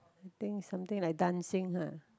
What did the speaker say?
I think something like dancing [huh]